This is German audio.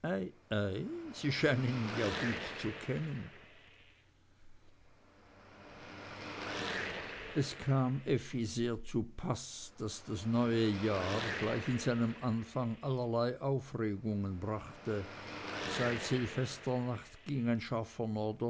sie scheinen ihn ja gut zu kennen es kam effi sehr zupaß daß das neue jahr gleich in seinem anfang allerlei aufregungen brachte seit silvesternacht ging